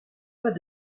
pas